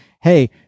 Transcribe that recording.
hey